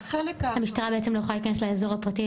המשטרה לא יכולה להיכנס לאזור הפרטי,